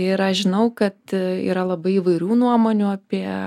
ir aš žinau kad yra labai įvairių nuomonių apie